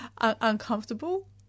Uncomfortable